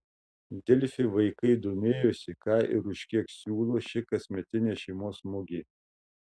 delfi vaikai domėjosi ką ir už kiek siūlo ši kasmetinė šeimos mugė